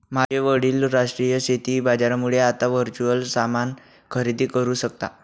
माझे वडील राष्ट्रीय शेती बाजारामुळे आता वर्च्युअल सामान खरेदी करू शकता